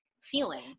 feeling